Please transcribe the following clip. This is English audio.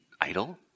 idle